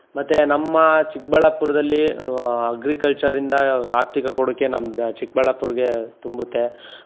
ಮತ್ತು ನಮ್ಮ ಚಿಕ್ಕಬಳ್ಳಾಪುರ್ದಲ್ಲಿ ಅಗ್ರಿಕಲ್ಚರಿಂದ ಆರ್ಥಿಕ ಕೊಡುಗೆ ನಮ್ದು ಚಿಕ್ಕಬಳ್ಳಾಪುರ್ಗೆ ತುಂಬುತ್ತೆ